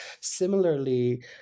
Similarly